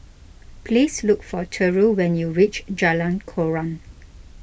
please look for Terrill when you reach Jalan Koran